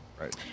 Right